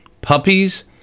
Puppies